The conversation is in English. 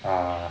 are